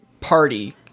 party